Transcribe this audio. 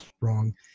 wrong